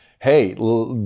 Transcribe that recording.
hey